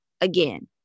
again